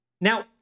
Now